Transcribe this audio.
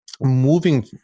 moving